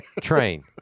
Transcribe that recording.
Train